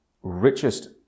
richest